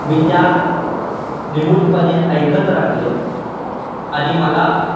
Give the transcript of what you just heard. मी त्या निमूटपणे ऐकत राहिलो आणि मला